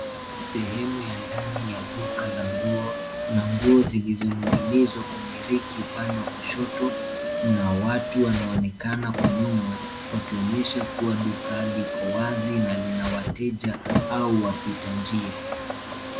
Sehemu ya ndani ya duka la nguo na nguo zilizoning'inizwa kwenye reki upande wa kushoto, mna watu wanaonekana kwa nyuma wakionyesha kuwa duka liko wazi na lina wateja au wapita njia.